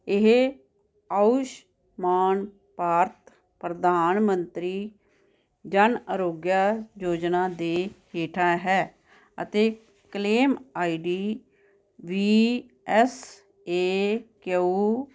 ਇਹ ਆਯੂਮਾਨ ਭਾਰਤ ਪ੍ਰਧਾਨ ਮੰਤਰੀ ਜਨ ਅਰੋਗਿਆ ਯੋਜਨਾ ਦੇ ਹੇਠਾਂ ਹੈ ਅਤੇ ਕਲੇਮ ਆਈ ਡੀ ਵੀ ਐੱਸ ਏ ਕਿਯੂ